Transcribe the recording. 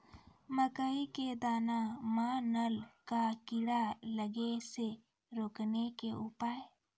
मकई के दाना मां नल का कीड़ा लागे से रोकने के उपाय?